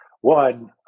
One